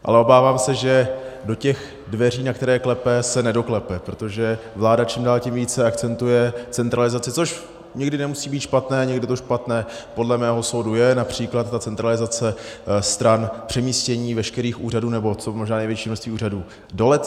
Ale obávám se, že do těch dveří, na které klepe, se nedoklepe, protože vláda čím dál tím více akcentuje centralizaci, což někdy nemusí být špatné a někdy to špatné podle mého soudu je, například ta centralizace stran přemístění veškerých úřadů, nebo co možná největší množství úřadů do Letňan.